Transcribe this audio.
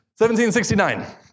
1769